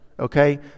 Okay